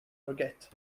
forget